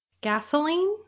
Gasoline